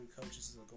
coaches